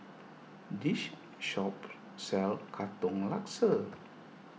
this shop sells Katong Laksa